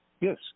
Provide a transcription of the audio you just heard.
Yes